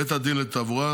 בית הדין לתעבורה.